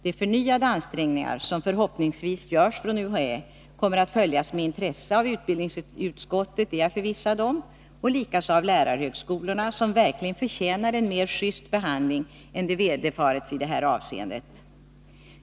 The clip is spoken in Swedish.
De förnyade ansträngningar som förhoppningsvis görs från UHÄ kommer att följas med intresse av utbildningsutskottet — det är jag förvissad om — och likaså av lärarhögskolorna, som verkligen förtjänar en mer just behandling än de vederfarits i det här avseendet.